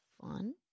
Fun